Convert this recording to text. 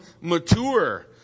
mature